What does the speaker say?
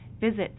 visit